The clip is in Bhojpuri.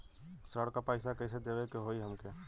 ऋण का पैसा कइसे देवे के होई हमके?